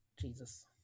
Jesus